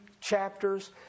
chapters